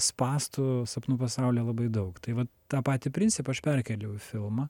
sapnų pasaulyje labai daug tai vat tą patį principą aš perkėliau į filmą